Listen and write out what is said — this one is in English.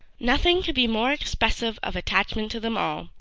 nothing could be more expressive of attachment to them all,